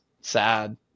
sad